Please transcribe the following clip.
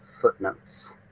footnotes